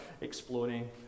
exploring